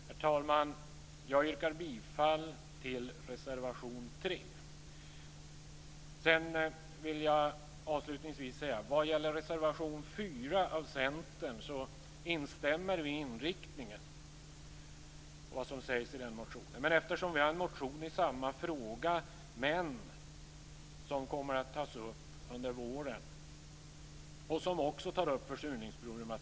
Herr talman! Jag yrkar bifall till reservation 3. Avslutningsvis vill jag säga att vi instämmer i inriktningen av det som sägs i reservation 4 av Centern. Men eftersom vi har en motion i samma fråga som kommer att tas upp under våren har vi för avsikt att återkomma i den frågan då.